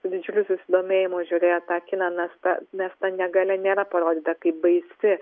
su didžiuliu susidomėjimu žiūrėjo tą kiną nes ta nes ta negalia nėra parodyta kaip baisi